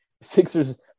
Sixers